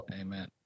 Amen